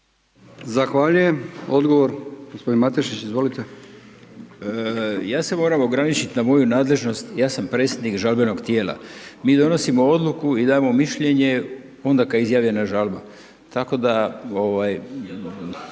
Zahvaljujem. Odgovor g. Matešić, izvolite. **Matešić, Goran** Ja se moram ograničit na moju nadležnost, ja sam predsjednik žalbenog tijela, mi donosimo odluku i dajemo mišljenje onda kada je izjavljena žalba, tako da